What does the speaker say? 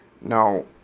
now